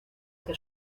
que